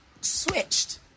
switched